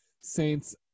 Saints